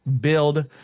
build